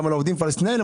הסיעודיים.